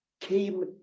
came